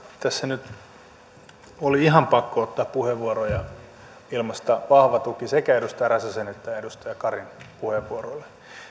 tässä nyt oli ihan pakko ottaa puheenvuoro ja ilmaista vahva tuki sekä edustaja räsäsen että edustaja karin puheenvuoroille